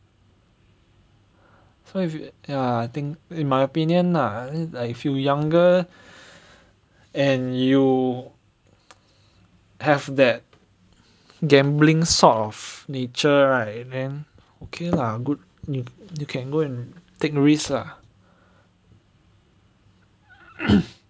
so if you ya think in my opinion lah I feel younger and you have that gambling sort of nature right and then okay lah good you you can go and take risk